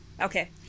okay